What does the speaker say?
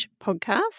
podcast